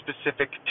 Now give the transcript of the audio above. specific